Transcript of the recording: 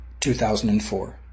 2004